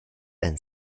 ein